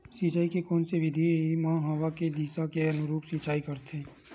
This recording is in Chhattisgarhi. सिंचाई के कोन से विधि म हवा के दिशा के अनुरूप सिंचाई करथे?